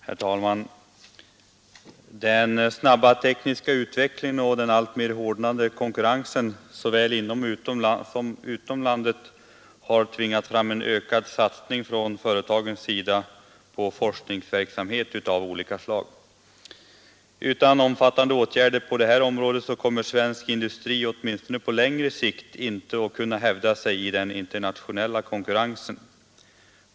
Herr talman! Den snabba tekniska utvecklingen och den alltmer hårdnande konkurrensen såväl inom som utom landet har tvingat fram en ökad satsning från företagens sida på forskningsverksamhet av olika slag. Utan omfattande åtgärder på det här området kommer svensk industri, åtminstone på längre sikt, inte att kunna hävda sig i den internationella konkurrensen.